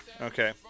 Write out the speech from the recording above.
Okay